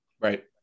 Right